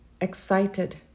excited